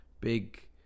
big